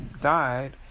died